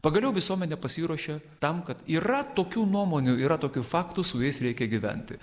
pagaliau visuomenė pasiruošė tam kad yra tokių nuomonių yra tokių faktų su jais reikia gyventi